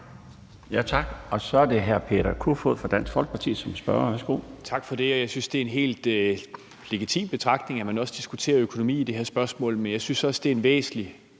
Tak. Så er det hr. Peter Kofod fra Dansk Folkeparti sådan spørger. Værsgo. Kl. 18:47 Peter Kofod (DF): Tak for det. Jeg synes, det er en helt legitim betragtning, at man også diskuterer økonomi i det her spørgsmål, men jeg synes også, det er en væsentlig